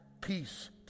peace